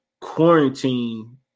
quarantine